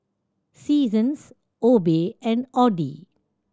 Seasons Obey and Audi